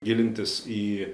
gilintis į